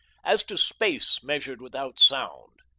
as to space measured without sound.